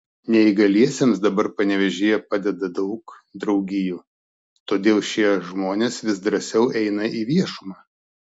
neįgaliesiems dabar panevėžyje padeda daug draugijų todėl šie žmonės vis drąsiau eina į viešumą